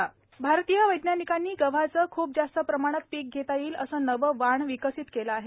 गह वाण भारतीय वैज्ञानिकांनी गव्हाचे खूप जास्त प्रमाणात पिक घेता येईल असे नवे वाण विकसित केले आहे